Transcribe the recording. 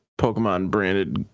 Pokemon-branded